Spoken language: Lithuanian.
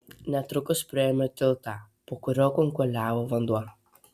netrukus priėjome tiltą po kuriuo kunkuliavo vanduo